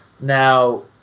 Now